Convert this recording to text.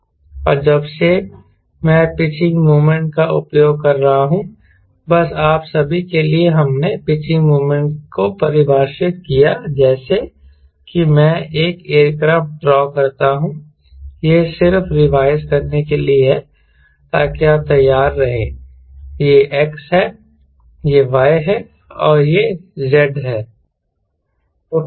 और जब से मैं पिचिंग मोमेंट का उपयोग कर रहा हूं बस आप सभी के लिए हमने पिचिंग मोमेंट को परिभाषित किया जैसे कि मैं एक एयरक्राफ्ट ड्रॉ करता हूं यह सिर्फ रिवाइज करने के लिए है ताकि आप तैयार रहे यह x है यह y है और यह z है